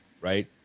right